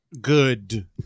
good